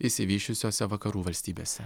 išsivysčiusiose vakarų valstybėse